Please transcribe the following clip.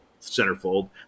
centerfold